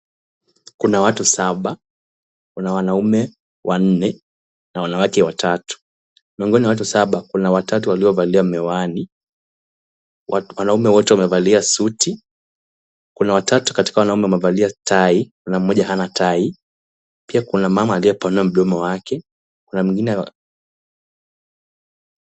Kuna watu saba kuna wanaume wanne na wanawake watatu miongoni mwa watu saba. kuna watatu waliovalia mewani wanaume wote wamevalia suti. kuna watatu katika wanaume wamevalia tai mmoja hana tai pia kuna mama aliepanua mdomo wake kuna mwingine.